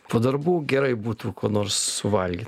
po darbų gerai būtų ko nors suvalgyt